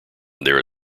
there